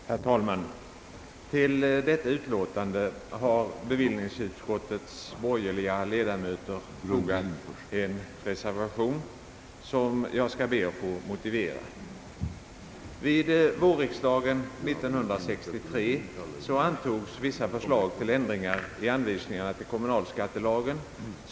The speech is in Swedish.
Herr talman! Till detta betänkande har bevillningsutskottets borgerliga ledamöter fogat en reservation som jag skall be att få motivera. Vid vårriksdagen 1963 antogs vissa förslag till ändringar i anvisningarna till kommunalskattelagen.